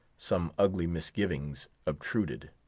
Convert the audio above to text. some ugly misgivings obtruded.